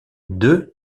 deux